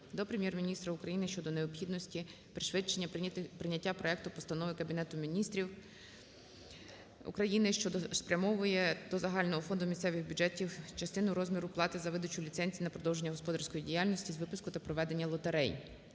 до Прем'єр-міністра України щодо необхідності пришвидшення прийняття проекту Постанови Кабінету Міністрів України, що спрямовує до загального фонду місцевих бюджетів частину розміру плати за видачу ліцензії на провадження господарської діяльності з випуску та проведення лотерей.